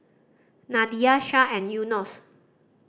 Nadia Shah and Yunos